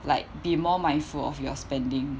like be more mindful of your spending